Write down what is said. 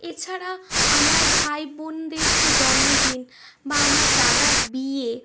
এছাড়া আমার ভাই বোনদের যে জন্মদিন বা আমার দাদার বিয়ে